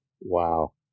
Wow